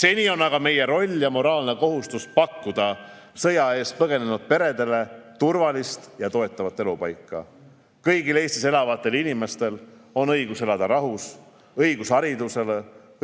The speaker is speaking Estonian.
Seni on aga meie roll ja moraalne kohustus pakkuda sõja eest põgenenud peredele turvalist ja toetavat elupaika. Kõigil Eestis elavatel inimestel on õigus elada rahus, õigus haridusele,